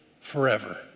forever